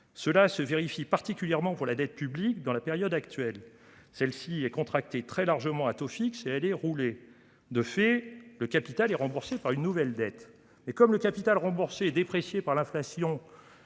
cela se vérifie particulièrement pour ce qui concerne la dette publique. Celle-ci est contractée très largement à taux fixe, et elle est « roulée ». De fait, le capital est remboursé par une nouvelle dette. Mais comme le capital remboursé est déprécié par l'inflation,